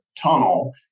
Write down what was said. tunnel